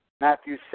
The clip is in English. Matthew